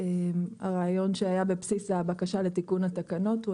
הרעיון שהיה בבסיס הבקשה לתיקון התקנות הוא